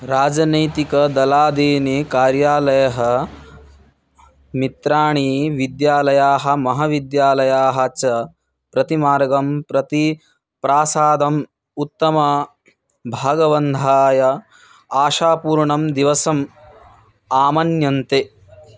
राजनैतिकदलादीनि कार्यालयः मित्राणि विद्यालयाः महविद्यालयाः च प्रतिमार्गं प्रति प्रासादम् उत्तमा भागवन्धाय आशापूर्णं दिवसम् आमन्यन्ते